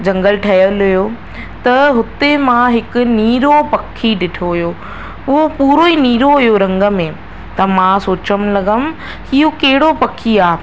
जंगल ठहियलु हुओ त हुते मां हिकु नीरो पखी ॾिठो हुओ उहो पूरो ई नीरो हुओ रंग में त मां सोचणु लॻमि की इहो कहिड़ो पखी आहे